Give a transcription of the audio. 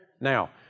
Now